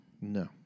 No